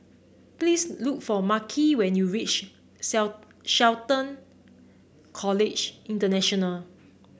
please look for Marquis when you reach Shelton College International